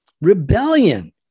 Rebellion